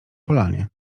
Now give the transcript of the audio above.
polanie